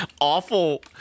awful